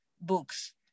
books